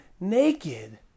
naked